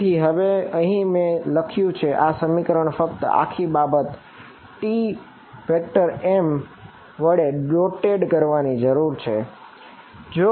તેથી હવે અહીં મેં જે લખ્યું છે તે આ સમીકરણ ફક્ત આખી બાબત ને Tm વડે ડોટેડ કરવાની જરૂર છે